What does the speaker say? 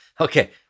Okay